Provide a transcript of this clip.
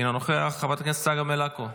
אינו נוכח, חברת הכנסת צגה מלקו,